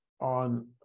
on